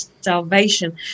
salvation